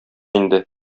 инде